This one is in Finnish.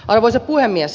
arvoisa puhemies